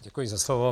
Děkuji za slovo.